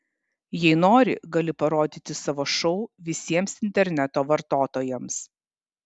jei nori gali parodyti savo šou visiems interneto vartotojams